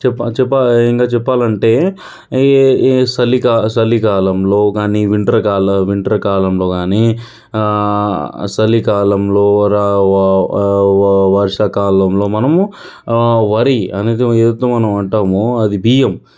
చెప్పా చెప్పా ఇంకా చెప్పాలంటే ఏ ఏ చలికాల చలికాలంలో వింటర్ కాలం వింటర్ కాలంలో కానీ చలికాలంలో వ వా వర్షాకాలంలో మనము వరి అనేది ఏదైతే మనం అంటామో అది బియ్యం